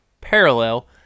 parallel